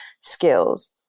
skills